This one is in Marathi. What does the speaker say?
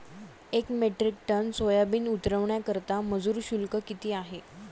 एक मेट्रिक टन सोयाबीन उतरवण्याकरता मजूर शुल्क किती आहे?